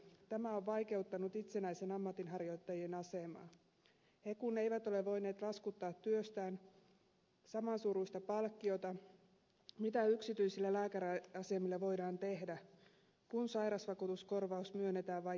tämä on vaikeuttanut itsenäisten ammatinharjoittajien asemaa he kun eivät ole voineet laskuttaa työstään samansuuruista palkkiota kuin yksityisillä lääkäriasemilla kun sairausvakuutuskorvaus myönnetään vain jälkimmäiselle